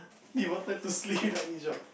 they wanted to slip any job